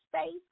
space